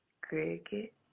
cricket